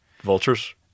vultures